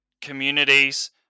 communities